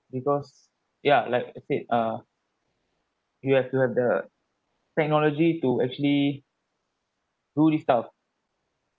because ya like I said uh you have to have the technology to actually do this type of